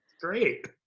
Great